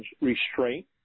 restraint